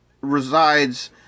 resides